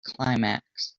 climax